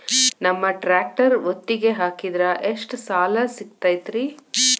ನಮ್ಮ ಟ್ರ್ಯಾಕ್ಟರ್ ಒತ್ತಿಗೆ ಹಾಕಿದ್ರ ಎಷ್ಟ ಸಾಲ ಸಿಗತೈತ್ರಿ?